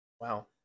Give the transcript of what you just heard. Wow